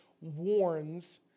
warns